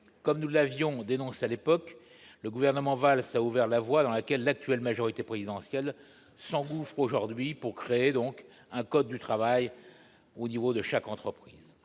comme nous l'avions dénoncé à l'époque, le gouvernement Valls a ouvert la voie dans laquelle l'actuelle majorité présidentielle s'engouffre aujourd'hui pour créer un code du travail au niveau de chaque entreprise.